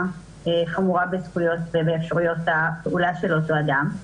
חמורה באפשרויות הפעולה של אותו אדם.